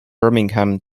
birmingham